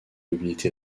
mobilité